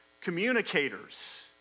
communicators